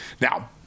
Now